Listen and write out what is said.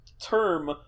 term